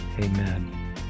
Amen